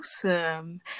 Awesome